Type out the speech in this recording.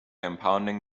impounding